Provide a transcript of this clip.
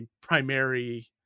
primary